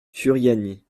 furiani